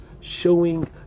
showing